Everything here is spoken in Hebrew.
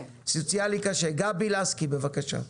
גבי לסקי בבקשה.